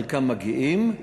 חלקם מגיעים,